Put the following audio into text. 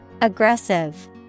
Aggressive